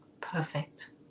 Perfect